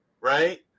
right